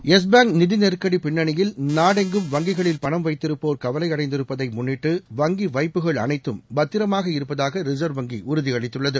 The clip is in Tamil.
யெஸ் பேங்க் நிதி நெருக்கடி பின்னணியில் நாடெங்கும் வங்கிகளில் பணம் வைத்திருப்போர் கவலையடைந்திருப்பதை முன்னிட்டு வங்கி வைப்புகள் அனைத்து பத்திரமாக இருப்பதாக ரிசா்வ் வங்கி உறுதி அளித்துள்ளது